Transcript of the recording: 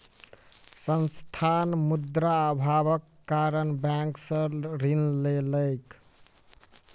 संस्थान, मुद्रा अभावक कारणेँ बैंक सॅ ऋण लेलकै